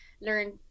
learn